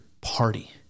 party